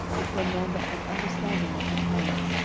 which were men that had understanding of the times,